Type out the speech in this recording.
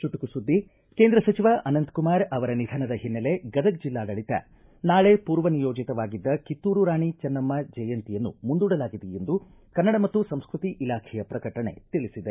ಚುಟುಕು ಸುದ್ದಿ ಕೇಂದ್ರ ಸಚಿವ ಅನಂತಕುಮಾರ ಅವರ ನಿಧನದ ಹಿನ್ನೆಲೆ ಗದಗ ಜಿಲ್ಲಾಡಳಿತ ನಾಳೆ ಪೂರ್ವ ನಿಯೋಜಿತವಾಗಿದ್ದ ಕಿತ್ತೂರು ರಾಣಿ ಚೆನ್ನಮ್ಮ ಜಯಂತಿಯನ್ನು ಮುಂದೂಡಲಾಗಿದೆ ಎಂದು ಕನ್ನಡ ಮತ್ತು ಸಂಸ್ಟತಿ ಇಲಾಖೆಯ ಪ್ರಕಟಣೆ ತಿಳಿಸಿದೆ